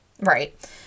Right